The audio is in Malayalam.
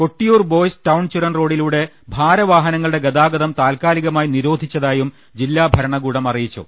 കൊട്ടിയൂർ ബോയ്സ് ടൌൺ ചുരം റോഡി ലൂടെ ഭാരവാഹനങ്ങളുടെ ഗതാഗതം താൽക്കാലികമായി നിരോധിച്ചതായും ജില്ലാ ഭരണകൂടം അറിയിച്ചു